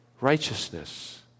Righteousness